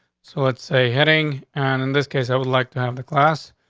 so it's a heading, and in this case, i would like to have the class.